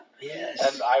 Yes